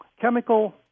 chemical